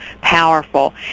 powerful